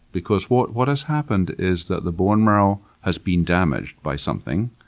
because what what has happened is that the bone marrow has been damaged by something,